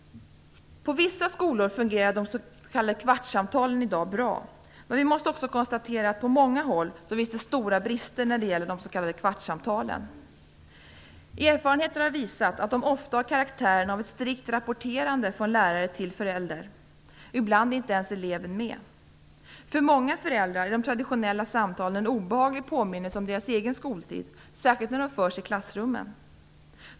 På vissa skolor fungerar de s.k. kvartssamtalen bra i dag. Men vi måste också konstatera att det på många håll finns stora brister när det gäller de s.k. kvartssamtalen. Erfarenheter har visat att de ofta har karaktären av ett strikt rapporterande från lärare till förälder. Ibland är eleven inte ens med. För många föräldrar är de traditionella samtalen en obehaglig påminnelse om deras egen skoltid, särskilt när samtalen förs i klassrummen.